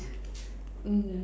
mm